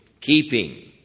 keeping